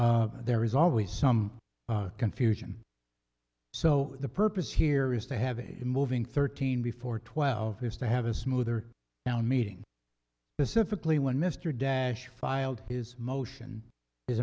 there is always some confusion so the purpose here is to have a moving thirteen before twelve is to have a smoother now meeting pacifically when mr dash filed his motion is